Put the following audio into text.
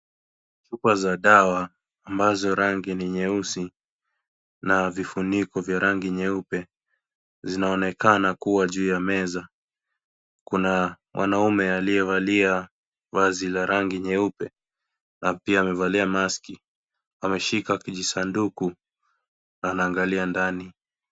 Chupa za dawa ambazo rangi nyeusi, na vifuniko vya rangi nyeupe, zinaonekana kuwa juu ya meza, kuna mwanaume aliye valia vazi la rangi nyeupe, na pia amevalia maski, ameshika kijisanduku, na anaangalia ndani.